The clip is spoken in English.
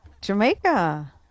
jamaica